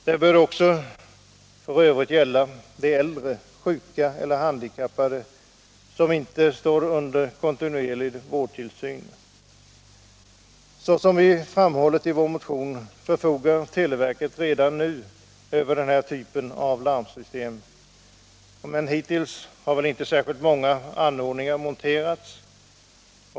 Det bör också f. ö. gälla de äldre, sjuka eller handikappade som inte står under kontinuerlig vårdtillsyn. Såsom vi framhåller i vår motion förfogar televerket redan nu över den här typen av larmsystem. Hittills har inte särskilt många anordningar monterats.